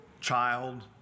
child